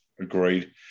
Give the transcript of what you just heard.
Agreed